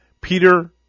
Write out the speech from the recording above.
Peter